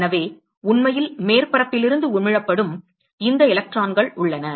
எனவே உண்மையில் மேற்பரப்பில் இருந்து உமிழப்படும் இந்த எலக்ட்ரான்கள் உள்ளன